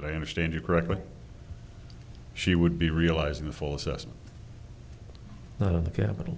that i understand you correctly she would be realizing the full assessment of the capitol